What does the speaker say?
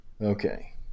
Okay